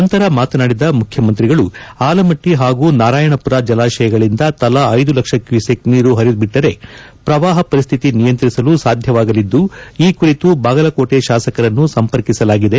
ನಂತರ ಮಾತನಾಡಿದ ಮುಖ್ಯಮಂತ್ರಿಗಳು ಆಲಮಟ್ಟಿ ಹಾಗೂ ನಾರಾಯಣಪುರ ಜಲಾಶಯಗಳಿಂದ ತಲಾ ಐದು ಲಕ್ಷ ಕ್ಯುಸೆಕ್ ನೀರು ಹರಿಬಿಟ್ಟರೆ ಪ್ರವಾಹ ಪರಿಸ್ತಿತಿ ನಿಯಂತ್ರಿಸಲು ಸಾಧ್ಯವಾಗಲಿದ್ದು ಈ ಕುರಿತು ಬಾಗಲಕೋಟೆ ಶಾಸಕರನ್ನು ಸಂಪರ್ಕಿಸಲಾಗಿದೆ